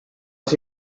las